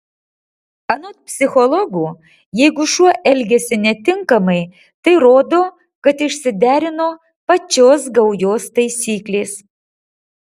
anot psichologų jeigu šuo elgiasi netinkamai tai rodo kad išsiderino pačios gaujos taisyklės